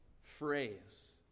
phrase